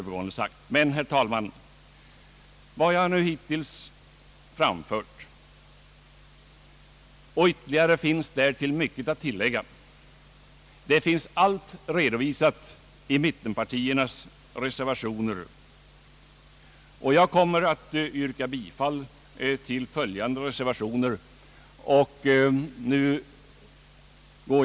Vad jag hittills anfört — och ytterligare finns att tillägga — finns allt redovisat i mittenpartiernas reservationer. Jag ämnar yrka bifall till ett antal reservationer.